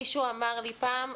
מישהו אמר לי פעם: